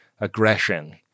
aggression